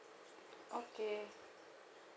okay